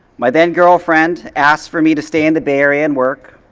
my then-girlfriend asked for me to stay in the bay area and work.